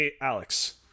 alex